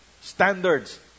Standards